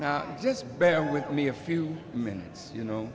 now just bear with me a few minutes you know